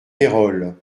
pérols